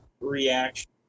reaction